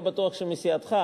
לא בטוח שמסיעתך,